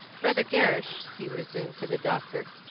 brother gerrish, he resumed, to the doctor,